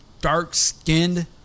dark-skinned